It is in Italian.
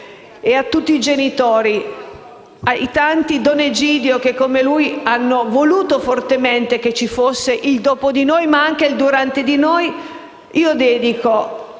e a tutti i genitori, ai tanti don Egidio che hanno voluto fortemente che ci fosse il "dopo di noi" ma anche il "durante noi", io dedico